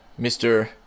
Mr